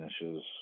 finishes